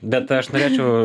bet aš norėčiau